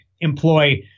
employ